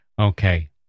Okay